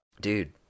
dude